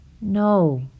No